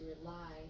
rely